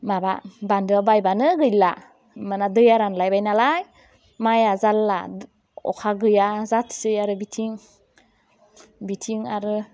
माबा बान्दोआ बायबानो गैला होमबाना दैया रानलायबाय नालाय माइया जाला अखा गैया जाथिसै आरो बिथिं बिथिं आरो